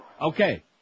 Okay